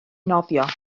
nofio